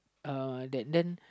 uh that then